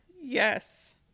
Yes